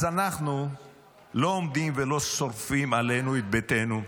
אז אנחנו לא עומדים ולא שורפים עלינו את ביתנו.